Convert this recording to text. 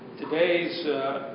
today's